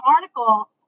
article